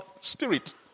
spirit